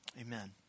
Amen